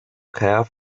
care